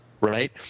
right